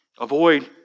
Avoid